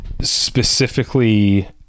specifically